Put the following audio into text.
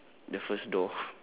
the first door